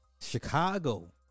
Chicago